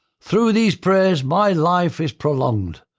through these prayers, my life is prolonged.